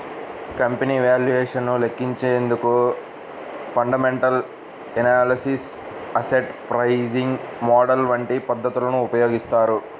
company valuation ను లెక్కించేందుకు fundamental analysis, asset pricing model వంటి పద్ధతులను ఉపయోగిస్తారు